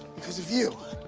because of you.